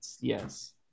yes